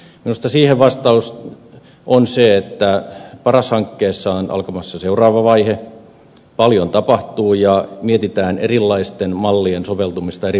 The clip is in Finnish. minusta siihen vastaus on se että paras hankkeessa on alkamassa seuraava vaihe paljon tapahtuu ja mietitään erilaisten mallien soveltumista eri puolille suomea